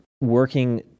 working